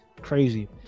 Crazy